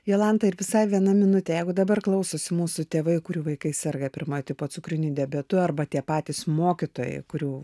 jolanta ir visai viena minutė jeigu dabar klausosi mūsų tėvai kurių vaikai serga pirmojo tipo cukriniu diabetu arba tie patys mokytojai kurių